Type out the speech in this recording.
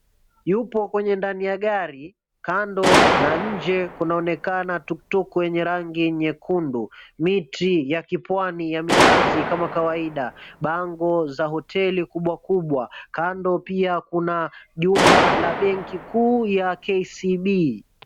Yupo kwenye ndani ya gari kando na nje kunaonekana tuktuk yenye rangi nyekundu, miti ya kipwani ya minazi kama kawaida , bango za hoteli kubwakubwa , kando pia kuna jumba la benki kuu ya KCB.